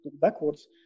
backwards